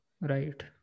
Right